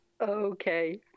Okay